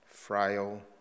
frail